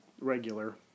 regular